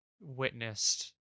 witnessed